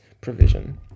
provision